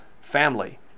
family